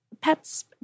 pets